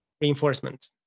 Reinforcement